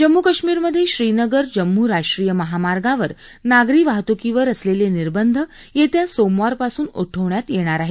जम्मू कश्मीरमध्ये श्रीनगर जम्मू राष्ट्रीय महामार्गावर नागरी वाहतुकीवर असलेले निर्बंध येत्या सोमवारपासून उठवण्यात येणार आहेत